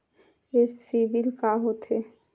ये सीबिल का होथे?